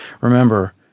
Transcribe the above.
remember